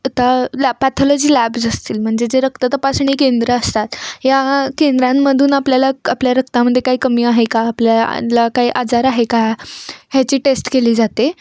आता लॅ pathology labs असतील म्हणजे जे रक्त तपासणी केंद्रं असतात या केंद्रांमधून आपल्याला आपल्या रक्तामध्ये काही कमी आहे का आपल्याला काही आजार आहे का ह्याची टेस्ट केली जाते